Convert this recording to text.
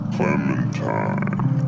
Clementine